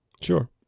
Sure